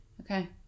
Okay